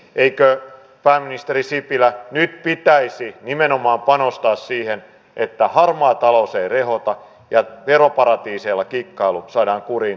eikö pääministeri sipilä nyt pitäisi nimenomaan panostaa siihen että harmaa talous ei rehota ja veroparatiiseilla kikkailu saadaan kuriin